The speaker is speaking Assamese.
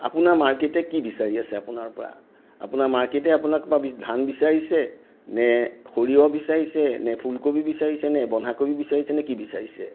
আপোনাৰ মাৰ্কেটে কি বিচাৰি আছে আপোনাৰ পৰা আপোনাৰ মাৰ্কেটে আপোনাৰ পৰা ধান বিচাৰিছে নে সৰিয়হ বিচাৰিছে নে ফুলকবি বিচাৰিছে নে বন্ধাকবি বিচাৰিছে নে কি বিচাৰিছে